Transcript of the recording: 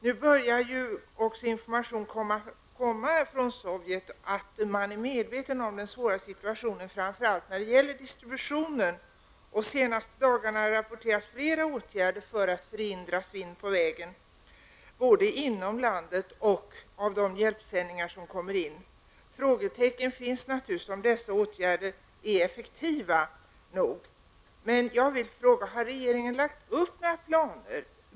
Det börjar ju nu komma information från Sovjet om att man där är medveten om den svåra situationen framför allt när det gäller distributionen. Under de senaste dagarna har det också rapporterats om flera åtgärder i syfte att förhindra svinn på vägen i fråga om både sändningar inom landet och hjälpsändningar utifrån. Frågetecken finns naturligtvis när det gäller om dessa åtgärder är effektiva nog. Jag vill fråga: Har regeringen lagt upp några planer?